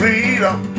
Freedom